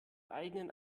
eigenen